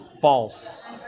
false